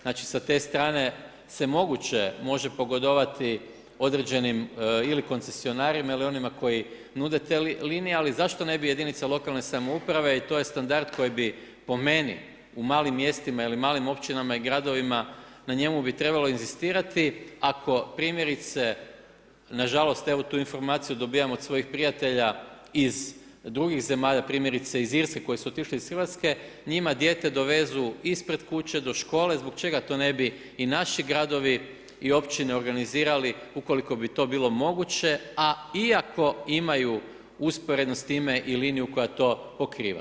Znači, sa te strane se moguće može pogodovati određenim ili koncesionarima ili onima koji nude te linije, ali zašto ne bi jedinice lokalne samouprave i to je standard koji bi po meni, u malim mjestima ili malim općinama i gradovima na njemu bi trebalo inzistirati ako primjerice, na žalost, evo tu informaciju dobivam od svojih prijatelja iz drugih zemalja, primjerice iz Irske koji su otišli iz RH, njima dijete dovezu ispred kuće do škole, zbog čega to ne bi i naši gradovi i općine organizirali ukoliko bi to bilo moguće, a iako imaju usporedno s time i liniju koja to pokriva?